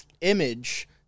image